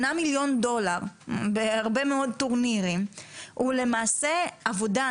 מיליון דולר בהרבה מאוד טורנירים היא למעשה עבודה,